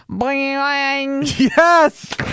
Yes